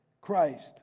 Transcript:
Christ